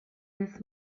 this